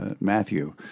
Matthew